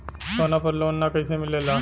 सोना पर loan कइसे मिलेला?